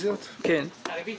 פניות 180-181 - הרשות